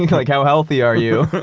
like how healthy are you?